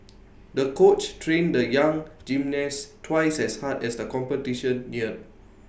the coach trained the young gymnast twice as hard as the competition neared